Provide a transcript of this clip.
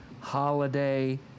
Holiday